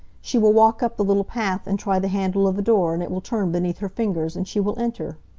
she will walk up the little path, and try the handle of the door, and it will turn beneath her fingers, and she will enter.